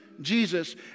Jesus